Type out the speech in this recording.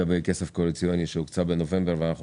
לגבי כסף קואליציוני שהוקצה בנובמבר ואנחנו